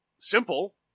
simple